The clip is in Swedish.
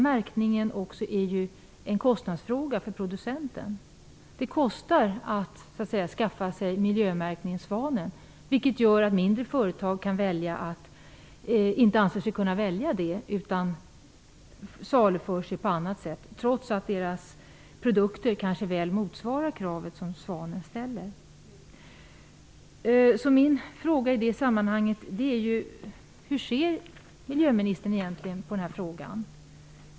Märkningen är också en kostnadsfråga för producenten. Det kostar att skaffa sig miljömärkningen Svanen, vilket gör att mindre företag inte anser sig kunna välja det utan saluför sig på annat sätt, trots att deras produkter väl motsvarar de krav som ställs för miljömärkningen Så min fråga i det sammanhanget är: Hur ser miljöministern egentligen på den här frågan?